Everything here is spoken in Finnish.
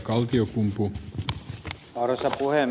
arvoisa puhemies